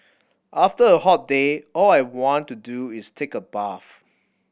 after a hot day all I want to do is take a bath